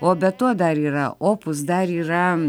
o be to dar yra opus dar yra